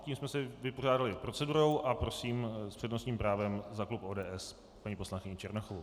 Tím jsme se vypořádali s procedurou a prosím s přednostním právem za klub ODS paní poslankyni Černochovou.